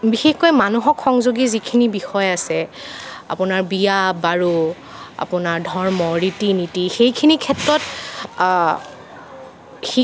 বিশেষকৈ মানুহক সংযোগী যিখিনি বিষয় আছে আপোনাৰ বিয়া বাৰু আপোনাৰ ধৰ্ম ৰীতি নীতি সেইখিনি ক্ষেত্ৰত